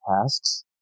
tasks